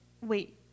Wait